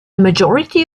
majority